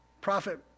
prophet